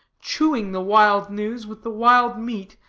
chewing the wild news with the wild meat,